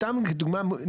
סתם דוגמה,